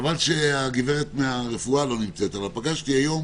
חבל שהגב' מהרפואה לא נמצאת, אבל פגשתי היום